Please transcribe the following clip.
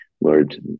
Lord